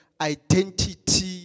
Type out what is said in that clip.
identity